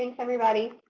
thanks, everybody.